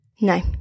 No